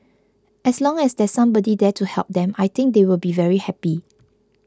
as long as there's somebody there to help them I think they will be very happy